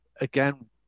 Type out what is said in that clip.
again